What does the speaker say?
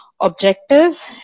Objective